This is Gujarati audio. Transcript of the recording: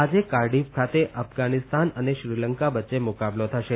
આજે કાર્ડિફ ખાતે અફઘાનિસ્તાન અને શ્રીલંકા વચ્ચે મુકાબલો થશે